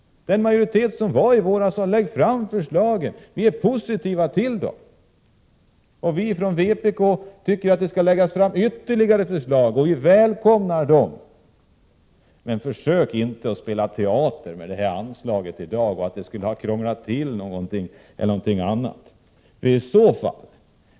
Den majoritet som fanns i våras sade: Lägg fram förslagen, vi är positiva till dem! Vi från vpk tycker att det skall läggas fram ytterligare förslag, och vi välkomnar dem. Men försök inte spela teater och påstå att det anslag som riksdagen fattade beslut om skulle ha krånglat till någonting.